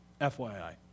FYI